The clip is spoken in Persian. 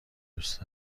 دوست